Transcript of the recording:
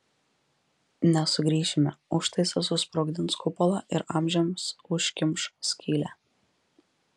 nesugrįšime užtaisas susprogdins kupolą ir amžiams užkimš skylę